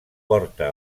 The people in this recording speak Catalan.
porta